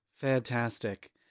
Fantastic